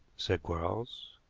said quarles.